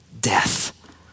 death